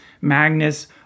Magnus